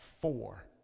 four